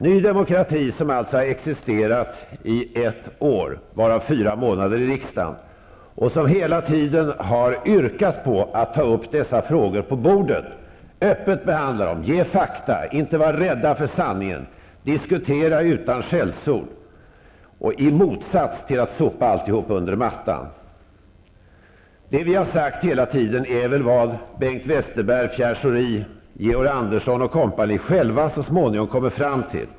Ny Demokrati, som alltså har existerat i ett år, varav fyra månader i riksdagen och som hela tiden har yrkat på att man skall ta upp dessa frågor på bordet, öppet behandla dem, ge fakta, inte vara rädd för sanningen, diskutera utan skällsord, i motsats till att sopa alltihop under mattan. Det vi har sagt hela tiden är väl vad Bengt Andersson & Co själva så småningom kommer fram till.